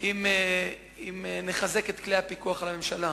אם נחזק את כלי הפיקוח על הממשלה.